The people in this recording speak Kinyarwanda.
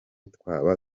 twaba